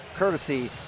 courtesy